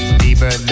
deeper